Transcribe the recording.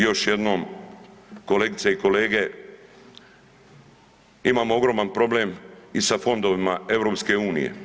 Još jednom kolegice i kolege, imamo ogroman problem i sa Fondovima EU.